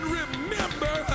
remember